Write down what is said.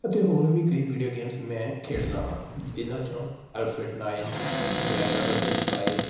ਅਤੇ ਹੋਰ ਵੀ ਕਈ ਵੀਡੀਓ ਗੇਮਸ ਮੈਂ ਖੇਡਦਾ ਹਾਂ ਜਿਹਨਾਂ 'ਚੋਂ ਅਰਫਿਡ ਨਾਇਨ ਗ੍ਰੈਂਡ ਅਡਰ ਦੀਫ ਫਾਈਵ